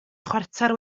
chwarter